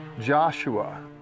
Joshua